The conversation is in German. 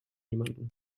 jemanden